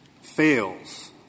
fails